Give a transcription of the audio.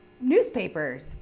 newspapers